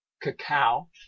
cacao